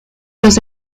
los